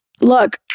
look